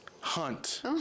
Hunt